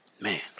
Man